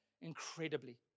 incredibly